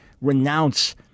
renounce